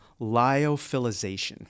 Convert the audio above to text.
Lyophilization